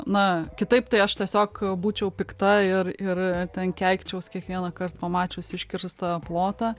na kitaip tai aš tiesiog būčiau pikta ir ir ten keikčiaus kiekvieną kart pamačius iškirstą plotą